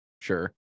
Sure